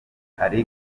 hari